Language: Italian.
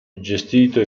gestito